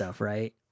Right